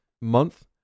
month